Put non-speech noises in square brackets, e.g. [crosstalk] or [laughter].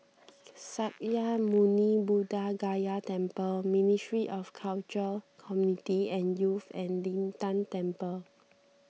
[noise] Sakya Muni Buddha Gaya Temple Ministry of Culture Community and Youth and Lin Tan Temple